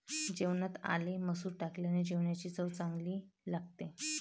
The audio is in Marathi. जेवणात आले मसूर टाकल्याने जेवणाची चव चांगली लागते